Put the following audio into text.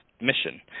mission